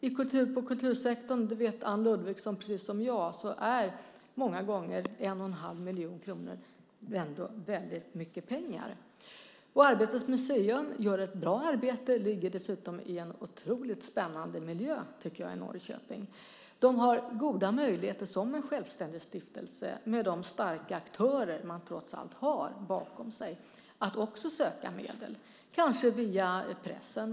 Inom kultursektorn är 1 1⁄2 miljon kronor många gånger väldigt mycket pengar, det vet Anne Ludvigsson precis som jag. Arbetets museum gör ett bra arbete. Det ligger dessutom i en otroligt spännande miljö i Norrköping. Det har goda möjligheter att som självständig stiftelse, med de starka aktörer det trots allt har bakom sig, söka medel. Det kanske kan ske via pressen.